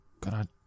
God